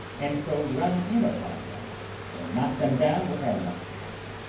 and so run in upon them and knock them down with our muskets.